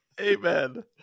Amen